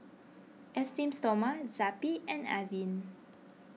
Esteem Stoma Zappy and Avene